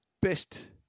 best